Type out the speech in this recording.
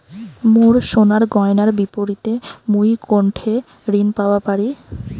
মোর সোনার গয়নার বিপরীতে মুই কোনঠে ঋণ পাওয়া পারি?